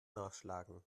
nachschlagen